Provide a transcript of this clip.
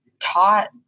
taught